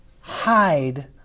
Hide